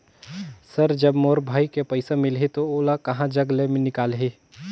Sir जब मोर भाई के पइसा मिलही तो ओला कहा जग ले निकालिही?